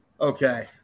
Okay